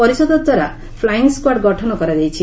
ପରିଷଦ ଦ୍ୱାରା flying squad ଗଠନ କରାଯାଇଛି